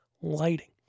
lighting